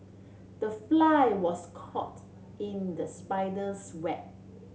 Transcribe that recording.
the fly was caught in the spider's web